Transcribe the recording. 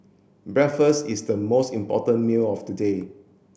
breakfast is the most important meal of the day